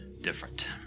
Different